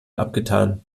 abgetan